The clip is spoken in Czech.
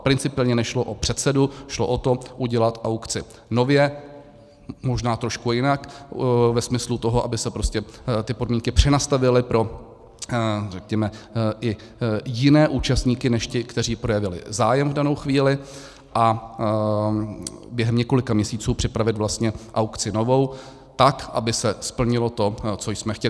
Principiálně nešlo o předsedu, šlo o to udělat aukci nově, možná trošku jinak ve smyslu toho, aby se prostě ty podmínky přenastavily pro, řekněme, i jiné účastníky než ty, kteří projevili zájem v danou chvíli, a během několika měsíců připravit vlastně aukci novou tak, aby se splnilo to, co jsme chtěli.